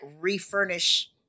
refurnish